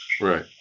Right